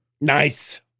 Nice